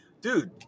Dude